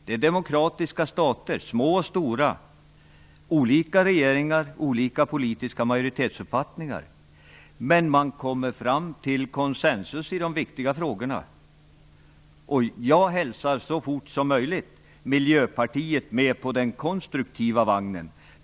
De är demokratiska stater, små och stora, med olika regeringar och olika politiska majoritetsuppfattningar, men de kommer fram till konsensus i de viktiga frågorna. Jag hälsar Miljöpartiet med så fort som möjligt på den konstruktiva vagnen.